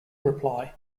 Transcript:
reply